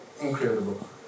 incredible